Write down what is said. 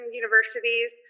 universities